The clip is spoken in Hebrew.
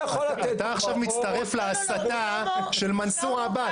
אתה עכשיו מצטרף להסתה של מנסור עבאס.